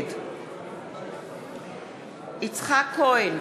נגד יצחק כהן,